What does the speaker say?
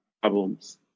problems